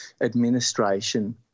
Administration